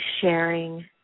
sharing